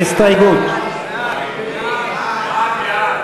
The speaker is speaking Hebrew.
ההסתייגות של קבוצת סיעת ש"ס,